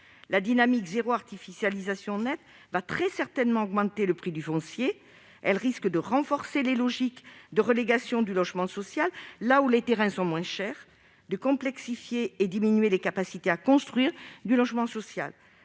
la dynamique « zéro artificialisation nette » va très certainement renchérir le prix du foncier, renforcer les logiques de relégation du logement social là où les terrains sont moins chers et réduire les capacités de construire du logement social.